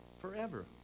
forever